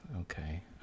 Okay